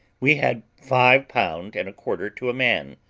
we had five pound and a quarter to a man,